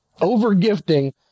over-gifting